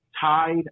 tied